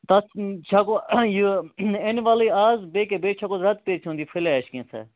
تَتھ چھکو یہِ اینولٕے اَز بیٚیہِ کیٛاہ بیٚیہِ چھٔکہوٗس ریٚتُک یہِ فلیش کینٛژھا